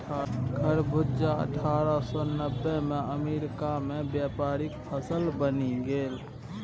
खरबूजा अट्ठारह सौ नब्बेमे अमेरिकामे व्यापारिक फसल बनि गेल